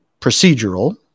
procedural